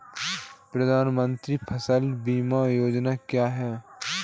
प्रधानमंत्री फसल बीमा योजना क्या है?